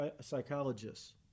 psychologists